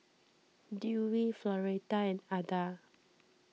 Dewey Floretta and Adda